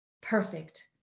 Perfect